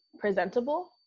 presentable